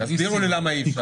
תסבירו לי למה אי אפשר.